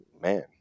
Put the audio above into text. man